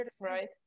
right